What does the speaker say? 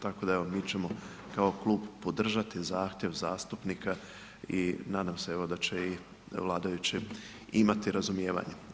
Tako da, evo mi ćemo kao klub podržati zahtjev zastupnika i nadam se evo, da će i vladajući imati razumijevanja.